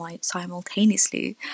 simultaneously